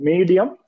Medium